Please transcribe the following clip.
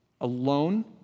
alone